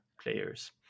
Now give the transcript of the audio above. players